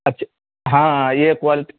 اچھا ہاں یہ کوالٹی